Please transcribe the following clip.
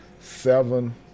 Seven